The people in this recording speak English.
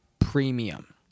Premium